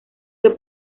que